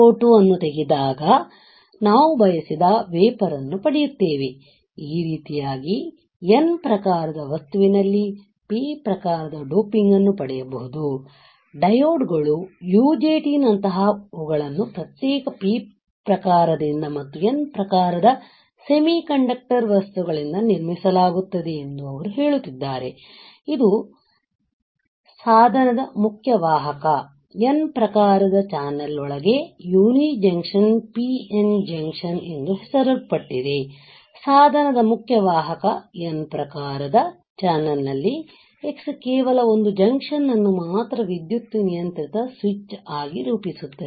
SiO2 ಅನ್ನು ತೆಗೆದಾಗ ನಾವು ಬಯಸಿದ ವೇಫರ್ ಅನ್ನು ಪಡೆಯುತ್ತೇವೆ ಈ ರೀತಿಯಾಗಿ N ಪ್ರಕಾರದ ವಸ್ತುವಿನಲ್ಲಿ P ಪ್ರಕಾರದ ಡೋಪಿಂಗ್ ಅನ್ನು ಪಡೆಯಬಹುದು ಡಯೋಡ್ ಗಳು UJT ನಂತಹ ವುಗಳನ್ನು ಪ್ರತ್ಯೇಕ P ಪ್ರಕಾರದಿಂದ ಮತ್ತು N ಪ್ರಕಾರದ ಸೆಮಿಕಂಡಕ್ಟರ್ ವಸ್ತುಗಳಿಂದ ನಿರ್ಮಿಸಲಾಗುತ್ತದೆ ಎಂದು ಅವರು ಹೇಳುತ್ತಿದ್ದಾರೆ ಇದು ಸಾಧನದ ಮುಖ್ಯ ವಾಹಕ N ಪ್ರಕಾರದ ಚಾನಲ್ ಒಳಗೆ ಯುನಿ ಜಂಕ್ಷನ್ ಪಿಎನ್ ಜಂಕ್ಷನ್ ಎಂದು ಹೆಸರಿಸಲ್ಪಟ್ಟಿದೆ ಸಾಧನದ ಮುಖ್ಯ ವಾಹಕ N ಪ್ರಕಾರದ ಚಾನಲ್ ನಲ್ಲಿ X ಕೇವಲ ಒಂದು ಜಂಕ್ಷನ್ ಅನ್ನು ಮಾತ್ರ ವಿದ್ಯುತ್ ನಿಯಂತ್ರಿತ ಸ್ವಿಚ್ ಆಗಿ ರೂಪಿಸುತ್ತದೆ